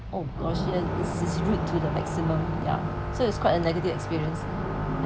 oh gosh rude to maximum ya so it's a negative experience